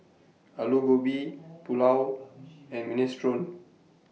Alu Gobi Pulao and Minestrone